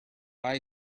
eye